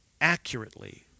accurately